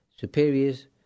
superiors